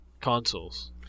consoles